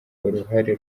uruhare